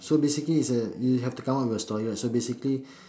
so basically is uh you have to come up with a story lah so basically